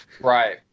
right